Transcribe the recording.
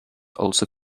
also